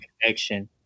connection